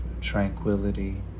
tranquility